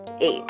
eight